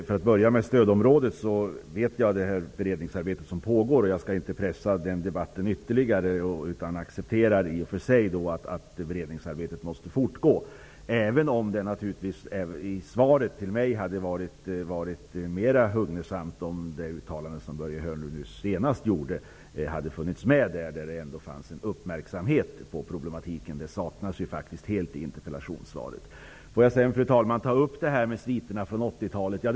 Fru talman! Jag känner till det beredningsarbete som pågår när det gäller stödområden. Jag skall inte pressa den debatten ytterligare. Jag accepterar i och för sig att beredningsarbetet måste fortgå. Det hade dock varit mera hugnesamt om det uttalande som Börje Hörnlund senast gjorde, där problemet uppmärksammades, hade funnits med i svaret. Den delen saknades helt i interpellationssvaret. Fru talman! Låt mig ta upp diskussionen om sviterna från 1980-talet.